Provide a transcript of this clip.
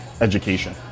Education